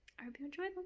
i hope you enjoy but